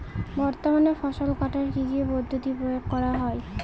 বর্তমানে ফসল কাটার কি কি পদ্ধতি প্রয়োগ করা হয়?